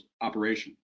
operation